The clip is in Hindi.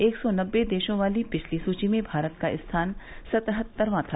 एक सौ नब्बे देशों वाली पिछली सूची में भारत का स्थान सतहत्तरवां था